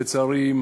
לצערי,